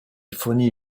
fournit